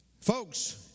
Folks